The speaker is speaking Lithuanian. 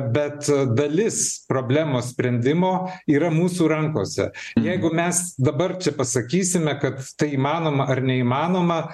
bet dalis problemos sprendimo yra mūsų rankose jeigu mes dabar čia pasakysime kad tai įmanoma ar neįmanoma